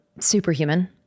Superhuman